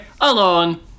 alone